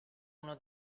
uno